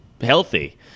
healthy